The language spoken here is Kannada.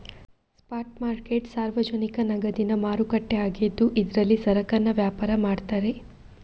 ಸ್ಪಾಟ್ ಮಾರ್ಕೆಟ್ ಸಾರ್ವಜನಿಕ ನಗದಿನ ಮಾರುಕಟ್ಟೆ ಆಗಿದ್ದು ಇದ್ರಲ್ಲಿ ಸರಕನ್ನ ವ್ಯಾಪಾರ ಮಾಡ್ತಾರೆ